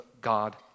God